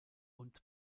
und